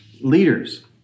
leaders